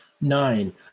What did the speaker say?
nine